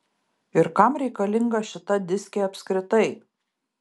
ir kam reikalinga šita diskė apskritai